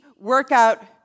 workout